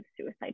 suicide